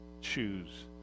choose